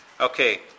Okay